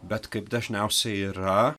bet kaip dažniausiai yra